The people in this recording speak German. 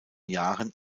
jahren